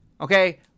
Okay